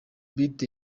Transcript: beat